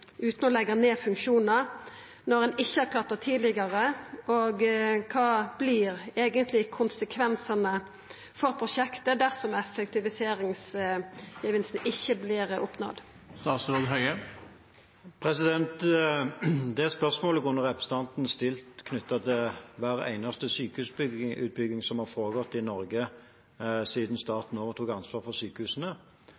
utan å leggja ned funksjonar, når ein ikkje har klart det tidlegare. Og kva vert eigentleg konsekvensane for prosjektet dersom effektiviseringsgevinsten ikkje vert oppnådd? Det spørsmålet kunne representanten ha stilt i tilknytning til hver eneste sykehusutbygging som har foregått i